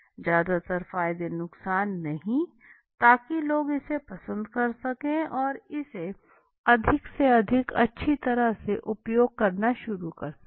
ज्यादातर फायदे नुकसान नहीं ताकि लोग इसे पसंद कर सकें और इसे अधिक से अधिक अच्छी तरह से उपयोग करना शुरू कर सकें